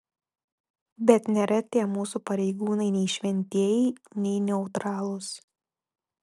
bet nėra tie mūsų pareigūnai nei šventieji nei neutralūs